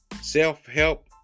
Self-help